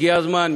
הגיע הזמן.